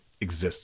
exists